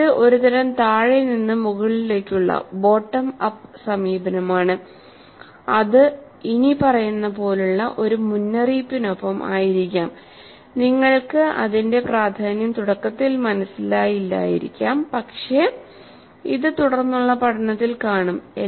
ഇത് ഒരു തരം താഴെ നിന്ന് മുകളിലേക്കുള്ള ബോട്ടം അപ്പ് സമീപനമാണ് അത് ഇനി പറയുന്ന പോലുള്ള ഒരു മുന്നറിയിപ്പിനൊപ്പം ആയിരിക്കാം "നിങ്ങൾക്ക് അതിന്റെ പ്രാധാന്യം തുടക്കത്തിൽ മനസ്സിലായില്ലായിരിക്കാം പക്ഷേ ഇത് തുടർന്നുള്ള പാഠത്തിൽ കാണും"